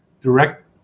direct